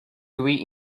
gui